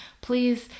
Please